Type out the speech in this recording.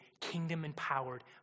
kingdom-empowered